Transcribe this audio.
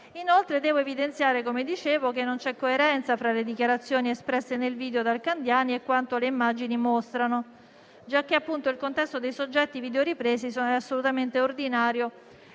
Inoltre devo evidenziare - come dicevo - che non c'è coerenza fra le dichiarazioni espresse nel video dal senatore Candiani e quanto le immagini mostrano, giacché il contesto dei soggetti videoripresi è assolutamente ordinario